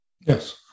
Yes